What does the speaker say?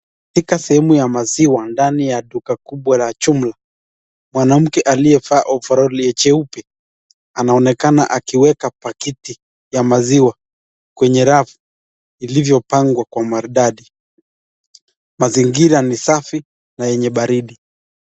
Katika sehemu ya maziwa ndani ya duka kubwa la jumla, mwanamke aliyevaa ovaroli jeupe anaonekana akieka pakiti ya maziwa kwenye rafu ilivyopangwa kwa maridadi. Mazingira ni safi na yenye baridi.